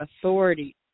authority